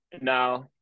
now